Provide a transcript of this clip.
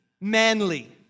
manly